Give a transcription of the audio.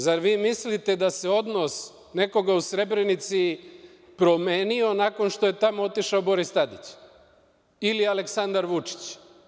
Zar vi mislite da se odnos nekoga u Srebrenici promenio nakon što je tamo otišao Boris Tadić ili Aleksandar Vučić?